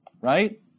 right